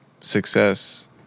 success